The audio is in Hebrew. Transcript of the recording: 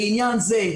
לעניין זה,